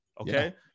okay